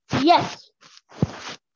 yes